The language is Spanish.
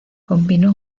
combinó